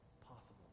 possible